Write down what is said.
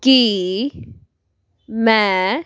ਕਿ ਮੈਂ